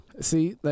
See